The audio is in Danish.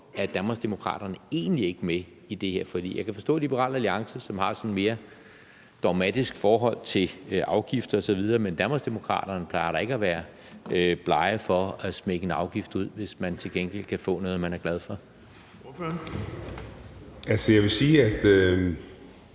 er Danmarksdemokraterne egentlig ikke med i det her forlig? Jeg kan forstå, at Liberal Alliance, som har et sådan mere dogmatisk forhold til afgifter osv., ikke er med, men Danmarksdemokraterne plejer da ikke at være blege for at smække en afgift ud, hvis man til gengæld kan få noget, man er glad for. Kl. 10:56 Den fg.